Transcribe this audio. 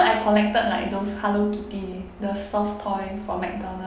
I collected like those hello kitty the soft toy for mcdonald's